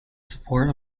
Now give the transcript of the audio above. support